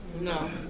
No